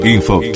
Info